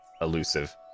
elusive